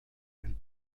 nel